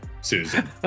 susan